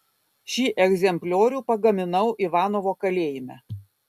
šį egzempliorių pagaminau ivanovo kalėjime